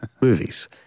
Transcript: Movies